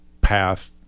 path